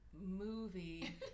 movie